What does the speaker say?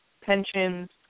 pensions